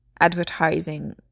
advertising